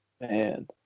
Man